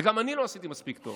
וגם אני לא עשיתי מספיק טוב,